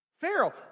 Pharaoh